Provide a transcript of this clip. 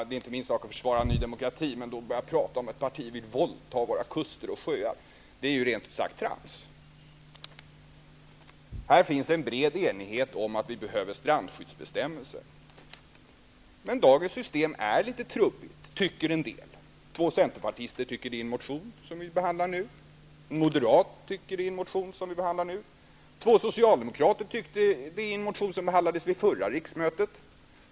Det är inte min sak att försvara Ny demokrati, men att börja prata om att ett parti vill våldta våra kuster och sjöar är rent ut sagt trams. Här finns en bred enighet om att vi behöver strandskyddsbestämmelser. Men dagens system är litet trubbigt, tycker en del. Två centerpartister tycker det i en motion som vi behandlar nu. En moderat tycker det i en motion som vi behandlar nu. Två socialdemokrater tyckte det i en motion som behandlades vid förra riksmötet.